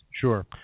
Sure